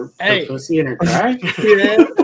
Hey